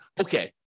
okay